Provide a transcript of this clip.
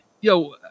yo